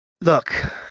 look